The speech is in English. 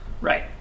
Right